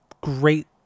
great